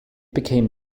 became